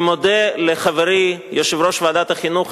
אני מודה לחברי יושב-ראש ועדת החינוך,